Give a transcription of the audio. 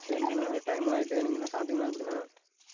சரிங்கண்ணே டையமாயிட்டுது நீங்கள் என்ன சாப்பிடிங்ளா எப்படிண்ணே